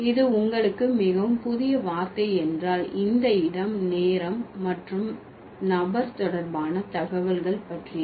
இது உங்களுக்கு மிகவும் புதிய வார்த்தை என்றால் இந்த இடம் நேரம் மற்றும் நபர் தொடர்பான தகவல்கள் பற்றியது